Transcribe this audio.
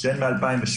שהן מ-2017.